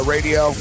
Radio